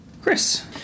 Chris